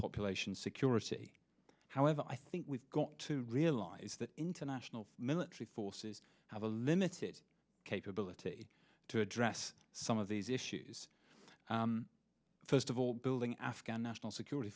population security however i think we've got to realize that international military forces have a limited capability to address some of these issues first of all building afghan national security